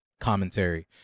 commentary